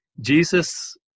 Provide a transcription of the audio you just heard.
Jesus